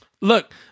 Look